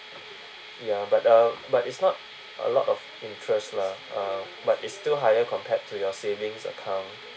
ya but uh but it's not a lot of interest lah uh but it's still higher compared to your savings account